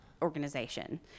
organization